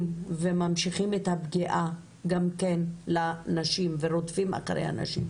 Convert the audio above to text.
וממשיכים את הפגיעה גם כן בנשים ורודפים אחרי הנשים,